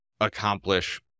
accomplish